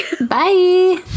Bye